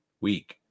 week